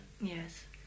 yes